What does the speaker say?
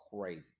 crazy